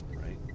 right